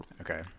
Okay